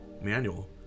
manual